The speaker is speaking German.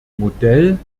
modell